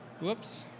whoops